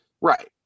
Right